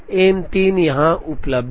M 3 यहां उपलब्ध है